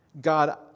God